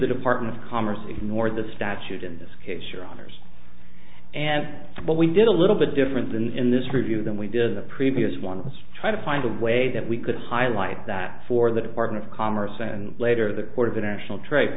the department of commerce ignored the statute in this case your honour's and what we did a little bit different than this review than we did the previous one was try to find a way that we could highlight that for the department of commerce and later the court of international tra